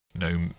no